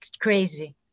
crazy